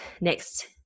next